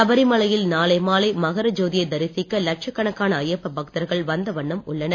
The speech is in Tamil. சபரிமலையில் நாளை மாலை மகர ஜோதியை தரிசிக்க லட்சக்கணக்கான ஐய்யப்ப பக்தர்கள் வந்த வண்ணம் உள்ளனர்